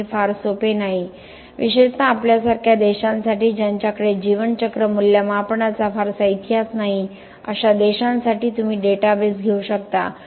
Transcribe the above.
त्यामुळे हे फार सोपे नाही आहे विशेषत आमच्यासारख्या देशांसाठी ज्यांच्याकडे जीवनचक्र मूल्यमापनाचा फारसा इतिहास नाही अशा देशांसाठी तुम्ही डेटाबेस घेऊ शकता